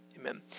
Amen